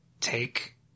Take